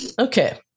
okay